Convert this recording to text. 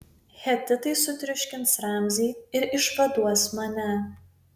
hetitai sutriuškins ramzį ir išvaduos mane